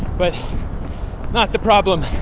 but not the problem.